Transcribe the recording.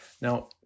Now